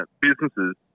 businesses